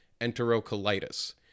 enterocolitis